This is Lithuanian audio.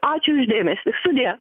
ačiū už dėmesį sudie